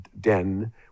den